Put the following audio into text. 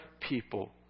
people